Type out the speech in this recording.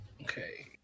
Okay